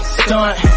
stunt